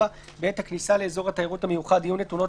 בעת הכניסה לאזור התיירות המיוחד יהיו נתונות